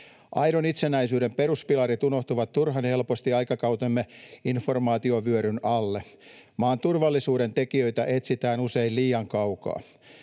Aidon itsenäisyyden peruspilarit unohtuvat turhan helposti aikakautemme informaatiovyöryn alle. Maan turvallisuuden tekijöitä etsitään usein liian kaukaa.